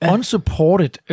Unsupported